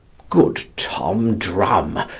good tom drum,